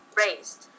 raised